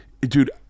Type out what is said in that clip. Dude